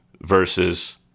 versus